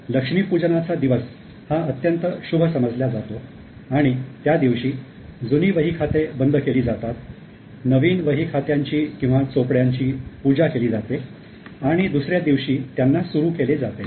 लक्ष्मीपूजनाचा दिवस हा अत्यंत शुभ समजला जातो आणि त्यादिवशी जुनी वही खाते बंद केली जातात नवीन वही खात्यांची किंवा चोपड्याची पूजा केली जाते आणि दुसऱ्या दिवशी त्यांना सुरू केले जाते